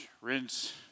rinse